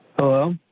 Hello